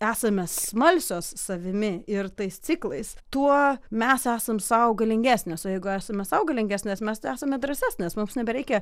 esame smalsios savimi ir tais ciklais tuo mes esam sau galingesnės o jeigu esame sau galingesnės mes esame drąsesnės mums nebereikia